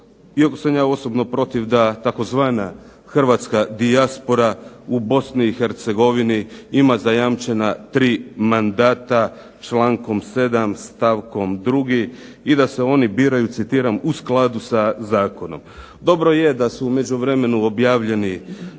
iako sam ja osobno protiv da tzv. hrvatska dijaspora u Bosni i Hercegovini ima zajamčena tri mandata člankom 7. stavkom 2. i da se oni biraju, citiram: "u skladu sa zakonom." Dobro je da su u međuvremenu objavljeni